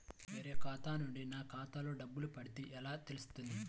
వేరే ఖాతా నుండి నా ఖాతాలో డబ్బులు పడితే ఎలా తెలుస్తుంది?